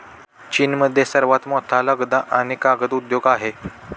चीनमध्ये सर्वात मोठा लगदा आणि कागद उद्योग आहे